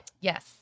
Yes